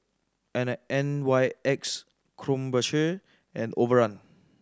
N N Y X Krombacher and Overrun